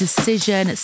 decision